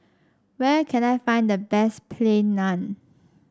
where can I find the best Plain Naan